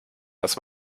dass